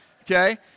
Okay